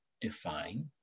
define